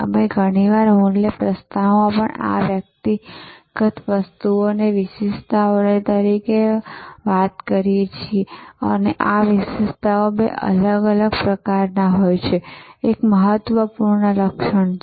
અમે ઘણીવાર મૂલ્ય પ્રસ્તાવમાં આ વ્યક્તિગત વસ્તુઓને વિશેષતાઓ તરીકે પણ કહીએ છીએ અને આ વિશેષતાઓ બે અલગ અલગ પ્રકારના હોય છે એક મહત્વપૂર્ણ લક્ષણ છે